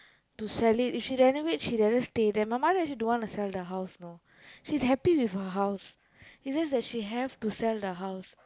to sell it if she renovate she doesn't stay there my mother actually don't want to sell the house know she's happy with her house it's just that she have to sell the house